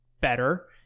better